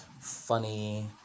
funny